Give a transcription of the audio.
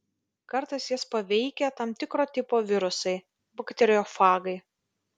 kartais jas paveikia tam tikro tipo virusai bakteriofagai